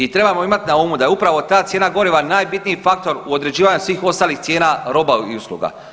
I trebamo imati na umu da je upravo ta cijena goriva najbitniji faktor u određivanju svih ostalih cijena roba i usluga.